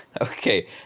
okay